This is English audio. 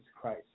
Christ